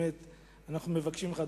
אנחנו מבקשים ממך,